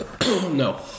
No